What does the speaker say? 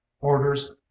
orders